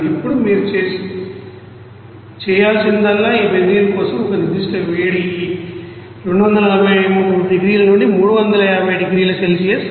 ఇప్పుడు మీరు చేయాల్సిందల్లా ఈ బెంజీన్ కోసం ఒక నిర్దిష్ట వేడి ఈ 243 నుండి 350 డిగ్రీల సెల్సియస్ CpdT